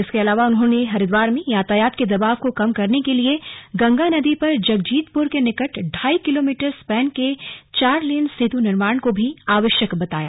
इसके अलावा उन्होंने हरिद्वार में यातायात के दबाव को कम करने के लिए गंगा नदी पर जगजीतपुर के निकट ढाई किलोमीटरस्पान के चार लेन सेतु निर्माण को भी आवश्यक बताया